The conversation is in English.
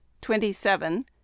twenty-seven